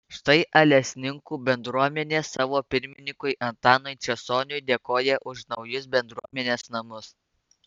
štai alesninkų bendruomenė savo pirmininkui antanui česoniui dėkoja už naujus bendruomenės namus